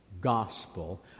gospel